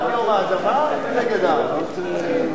בעד יום האדמה ונגד העם.